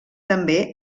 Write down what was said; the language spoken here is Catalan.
també